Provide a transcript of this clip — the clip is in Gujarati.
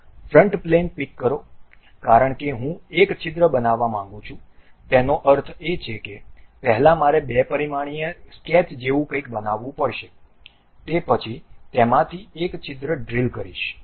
ફ્રન્ટ પ્લેન પીક કરો કારણ કે હું એક છિદ્ર બનાવવા માંગું છું તેનો અર્થ એ કે પહેલા મારે 2 પરિમાણીય સ્કેચ જેવું કંઈક બનાવવું પડશે તે પછી તેમાંથી એક છિદ્ર ડ્રીલ કરીશ